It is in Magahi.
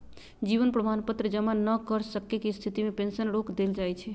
जीवन प्रमाण पत्र जमा न कर सक्केँ के स्थिति में पेंशन रोक देल जाइ छइ